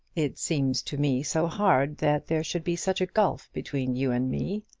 it seems to me so hard that there should be such a gulf between you and me.